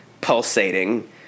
pulsating